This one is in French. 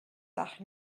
par